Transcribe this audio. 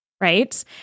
Right